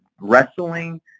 Wrestling